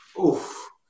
Oof